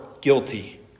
guilty